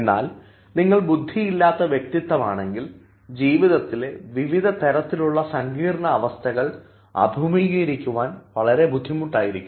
എന്നാൽ നിങ്ങൾ ബുദ്ധിയില്ലാത്ത വ്യക്തിത്വമാണെങ്കിൽ ജീവിതത്തിലെ വിവിധതരത്തിലുള്ള സങ്കീർണ അവസ്ഥകൾ അഭിമുഖീകരിക്കുവാൻ വളരെ ബുദ്ധിമുട്ടായിരിക്കും